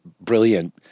brilliant